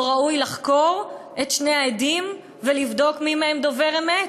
לא ראוי לחקור את שני העדים ולבדוק מי מהם דובר אמת?